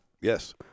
Yes